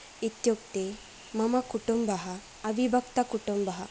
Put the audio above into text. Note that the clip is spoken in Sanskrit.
इत्युक्ते मम कुटुम्बः अविभक्तः कुटुम्बः